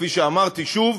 כפי שאמרתי, שוב,